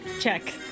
Check